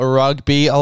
rugby